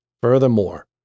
Furthermore